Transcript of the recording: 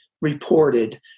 reported